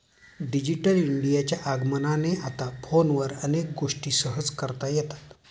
digital इंडियाच्या आगमनाने आता फोनवर अनेक गोष्टी सहज करता येतात